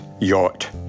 yacht